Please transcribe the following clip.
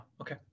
Okay